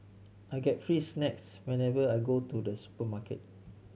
I get free snacks whenever I go to the supermarket